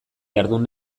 jardun